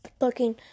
looking